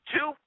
Two